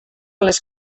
les